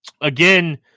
again